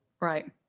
Right